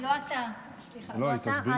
לא אתה, סליחה, לא אתה.